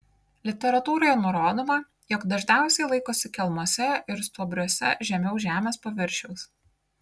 literatūroje nurodoma jog dažniausiai laikosi kelmuose ir stuobriuose žemiau žemės paviršiaus